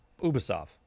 Ubisoft